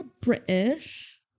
British